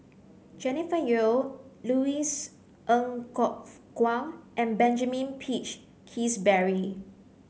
Jennifer Yeo Louis Ng Kok Kwang and Benjamin Peach Keasberry